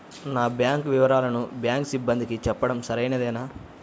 నా బ్యాంకు వివరాలను బ్యాంకు సిబ్బందికి చెప్పడం సరైందేనా?